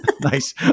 Nice